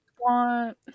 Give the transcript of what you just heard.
want